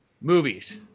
movies